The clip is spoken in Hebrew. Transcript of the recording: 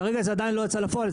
כרגע זה עדין לא יצא לפועל.